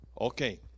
Okay